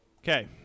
Okay